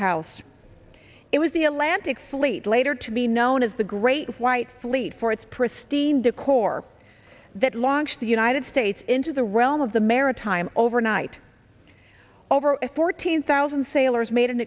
house it was the atlantic fleet later to be known as the great white fleet for its pristine decor that launched the united states into the realm of the maritime overnight over fourteen thousand sailors made an